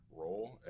role